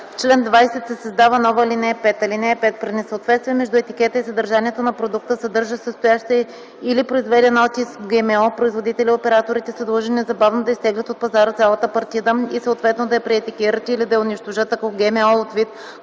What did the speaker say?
чл. 20 се създава нова ал. 5: „(5) При несъответствие между етикета и съдържанието на продукта съдържащ, състоящ се или произведен от и с ГМО, производителят и операторите са длъжни незабавно да изтеглят от пазара цялата партида и съответно да я преетикетират или да я унищожат, ако ГМО е от вид,